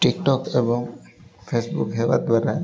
TikTok ଏବଂ Facebook ହେବା ଦ୍ୱାରା